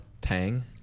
tang